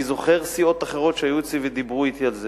אני זוכר סיעות אחרות שהיו אצלי ודיברו אתי על זה,